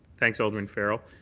thanks, alderman farrell.